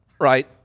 right